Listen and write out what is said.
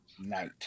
night